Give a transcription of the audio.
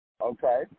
Okay